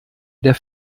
der